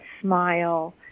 smile